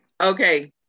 Okay